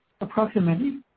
approximately